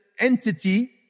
entity